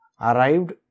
arrived